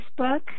Facebook